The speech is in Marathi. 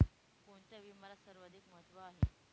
कोणता विम्याला सर्वाधिक महत्व आहे?